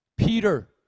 Peter